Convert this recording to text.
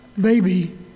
baby